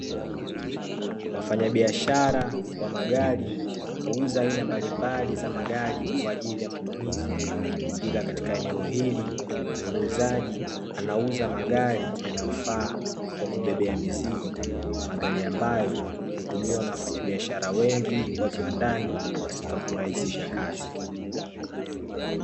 Wafanyabiashara wa magari huuza aina mbalimbali za magari kwaajili ya matumizi, ila katika eneo hili muuzaji anauza magari yanayofaa kwa kubebea mizigo, magari ambayo hutumiwa na wafanyabiashara wengi wa viwandani katika kurahisisha kazi.